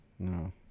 No